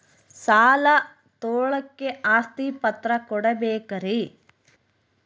ಸಾಲ ತೋಳಕ್ಕೆ ಆಸ್ತಿ ಪತ್ರ ಕೊಡಬೇಕರಿ?